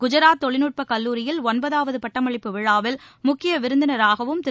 குஜராத் தொழில்நுட்ப கல்லூரியில் ஒன்பதாவது பட்டமளிப்பு விழாவில் முக்கிய விருந்தினராகவும் திரு